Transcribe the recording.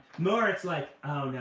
more it's like,